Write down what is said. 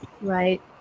Right